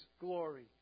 glory